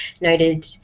noted